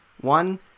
One